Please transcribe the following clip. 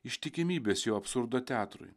ištikimybės jo absurdo teatrui